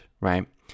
right